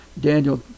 daniel